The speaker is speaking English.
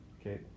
okay